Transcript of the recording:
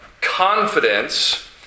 confidence